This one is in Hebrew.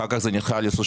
אחר כך זה נדחה ל-31